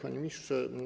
Panie Ministrze!